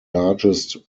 largest